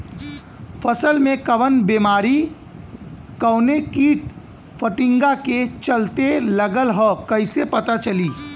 फसल में कवन बेमारी कवने कीट फतिंगा के चलते लगल ह कइसे पता चली?